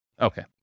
Okay